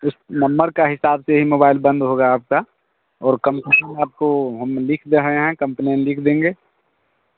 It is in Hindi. उस नम्बर का हिसाब से ही मोबाईल बंद होगा आपका और कंप्लेन आपको हम लिख रहे हैं कंप्लेन लिख देंगे